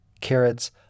carrots